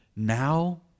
Now